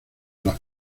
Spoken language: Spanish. las